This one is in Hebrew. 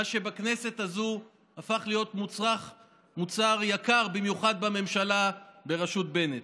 מה שבכנסת הזאת הפך להיות מוצר יקר במיוחד בממשלה בראשות בנט.